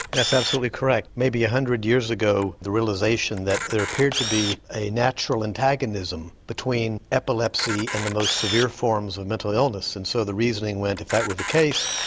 that's absolutely correct. maybe one hundred years ago the realisation that there appeared to be a natural antagonism between epilepsy and the most severe forms of mental illness and so the reasoning went, if that were the case,